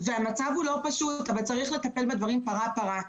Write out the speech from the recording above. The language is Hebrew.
המצב לא פשוט אבל צריך לטפל בדברים פרה-פרה.